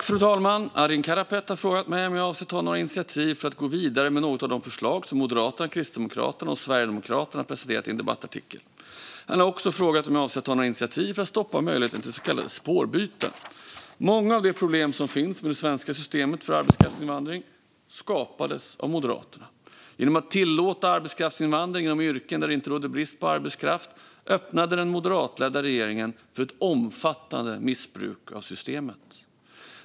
Fru talman! Arin Karapet har frågat mig om jag avser att ta några initiativ för att gå vidare med något av de förslag som Moderaterna, Kristdemokraterna och Sverigedemokraterna har presenterat i en debattartikel. Han har också frågat om jag avser att ta några initiativ för att stoppa möjligheten till så kallade spårbyten. Många av de problem som finns med det svenska systemet för arbetskraftsinvandring skapades av Moderaterna. Genom att tillåta arbetskraftsinvandring inom yrken där det inte råder brist på arbetskraft öppnade den moderatledda regeringen för ett omfattande missbruk av systemet.